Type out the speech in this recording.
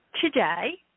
today